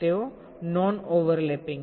તેઓ non overlapping છે